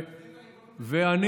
תחזיר את הריבונות, ירושלים, ואני,